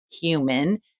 human